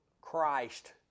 Christ